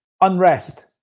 unrest